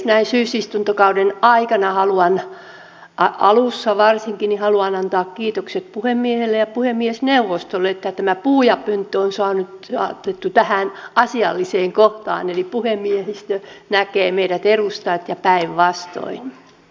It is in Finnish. näin syysistuntokauden alussa haluan varsinkin antaa kiitokset puhemiehelle ja puhemiesneuvostolle että tämä puhujapönttö on saatettu tähän asialliseen kohtaan eli puhemiehistö näkee meidät edustajat ja päinvastoin